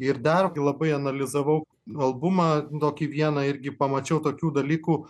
ir dar labai analizavau albumą tokį vieną irgi pamačiau tokių dalykų